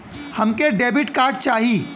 हमके debit card चाही?